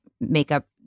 makeup